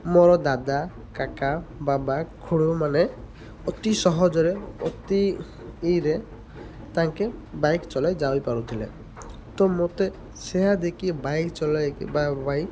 ମୋର ଦାଦା କାକା ବାବା ମାନେ ଅତି ସହଜରେ ଅତି ତାଙ୍କେ ବାଇକ୍ ଚଲାଇ ଯାଇପାରୁଥିଲେ ତ ମୋତେ ସେହା ଦେଖିକି ବାଇକ୍ ଚଲାଇ ବା ବାଇକ୍